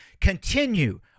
Continue